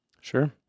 Sure